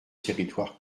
territoire